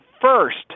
first